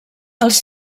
els